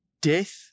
death